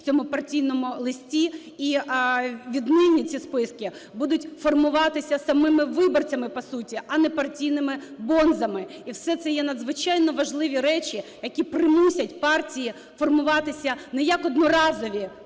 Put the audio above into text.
в цьому партійному листі. І віднині ці списки будуть формуватися самими виборцями по суті, а не партійними бонзами. І все це є надзвичайно важливі речі, які примусять партії формуватися не як одноразові